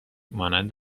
مانند